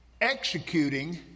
executing